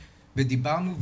ודיברנו.